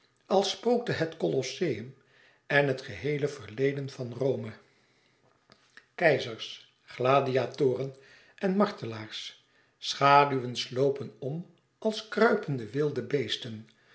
als spookte het colosseum en het geheele verleden van rome keizers gladiatoren en martelaars schaduwen slopen om als kruipende wilde beesten